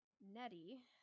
Nettie